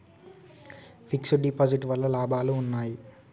Fix డ్ deposit వల్ల లాభాలు ఉన్నాయి?